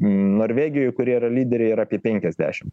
norvegijoj kuri yra lyderė yra apie penkiasdešim